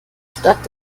stadt